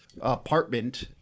apartment